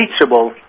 reachable